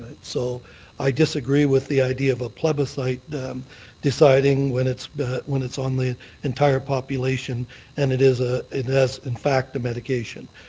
so i disagree with the idea of a plebiscite deciding when it's but when it's on the entire population and it is ah it has in fact the medication.